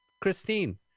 Christine